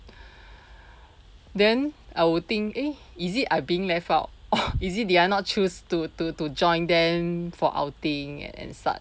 then I would think eh is it I being left out is it they are not choose to to to join them for outing at and such